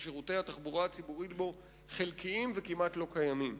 ששירותי התחבורה הציבורית בו חלקיים וכמעט לא קיימים.